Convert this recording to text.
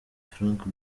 frank